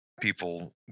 people